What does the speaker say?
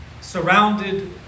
surrounded